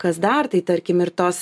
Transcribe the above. kas dar tik tarkim ir tos